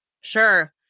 Sure